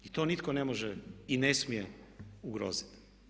I to nitko ne može i ne smije ugroziti.